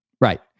Right